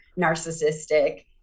narcissistic